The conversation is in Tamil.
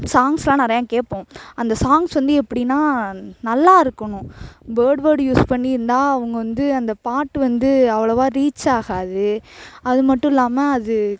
சாங்ஸெலாம் நிறையா கேட்போம் அந்த சாங்ஸ் வந்து எப்படின்னா நல்லா இருக்கணும் பேர்டு வேர்டு யூஸ் பண்ணி இருந்தால் அவங்க வந்து அந்த பாட்டு வந்து அவ்வளவாக ரீச் ஆகாது அது மட்டும் இல்லாமல் அது